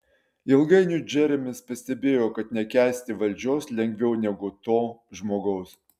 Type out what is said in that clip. ilgainiui džeremis pastebėjo kad nekęsti valdžios lengviau negu to žmogaus